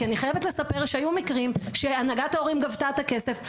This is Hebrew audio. כי אני חייבת לספר שהיו מקרים שהנהגת ההורים גבתה את הכסף,